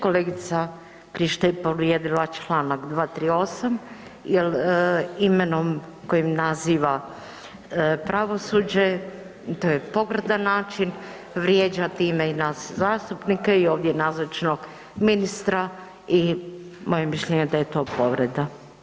Kolegica Krišto je povrijedila čl. 238. jer imenom kojim naziva pravosuđe, to je pogrdan način, vrijeđa time i nas zastupnike i ovdje nazočnog ministra i moje je mišljenje da je to povreda.